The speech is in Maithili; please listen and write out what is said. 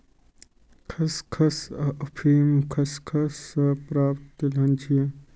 खसखस अफीम खसखस सं प्राप्त तिलहन छियै